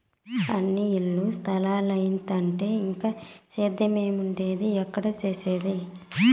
అన్నీ ఇల్ల స్తలాలైతంటే ఇంక సేద్యేమేడుండేది, ఏడ సేసేది